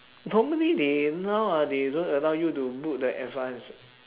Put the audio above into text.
normally they now ah they don't allow you to book the advance